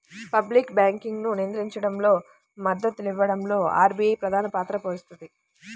public బ్యాంకింగ్ను నియంత్రించడంలో, మద్దతునివ్వడంలో ఆర్బీఐ ప్రధానపాత్ర పోషిస్తది